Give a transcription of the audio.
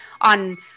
on